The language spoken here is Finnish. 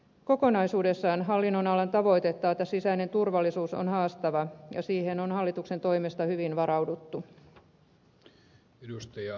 kokonaisuudessaan hallinnonalan tavoite taata sisäinen turvallisuus on haastava ja siihen on hallituksen toimesta hyvin varauduttu